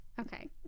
Okay